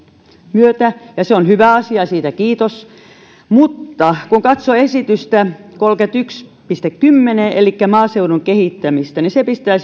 myötä ja se on hyvä asia siitä kiitos mutta kun katsoo esitystä kolmekymmentä piste kymmenen elikkä maaseudun kehittämistä niin pistää